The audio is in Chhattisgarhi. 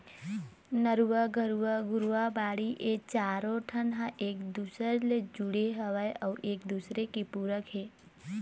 नरूवा, गरूवा, घुरूवा, बाड़ी ए चारों ठन ह एक दूसर ले जुड़े हवय अउ एक दूसरे के पूरक हे